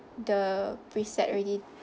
the preset already